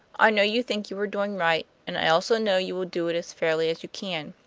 i know you think you are doing right, and i also know you will do it as fairly as you can.